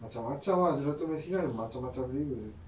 macam-macam ah gelato messina ada macam-macam flavour